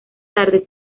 tarde